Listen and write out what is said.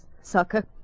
sucker